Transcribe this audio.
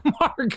mark